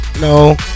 No